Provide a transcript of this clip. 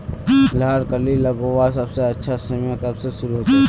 लहर कली लगवार सबसे अच्छा समय कब से शुरू होचए?